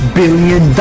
billion